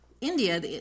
India